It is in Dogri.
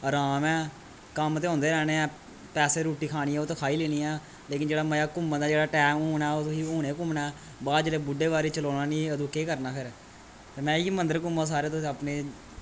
अराम ऐ कम्म ते औंदे गै रैह्ने ऐ पैसे रुट्टी खानी होग ते खाई लैनी ऐ लेकिन जेह्ड़ा मज़ा घूमन दा जेह्ड़ा टैम हून ऐ ओह् तुसें हून गै घूमना बाद च जिसलै बुड्डे बारै चलोना निं अदूं केह् करना फिर ते में इयै मन्दर घूमो सारै तुस अपने